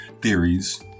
theories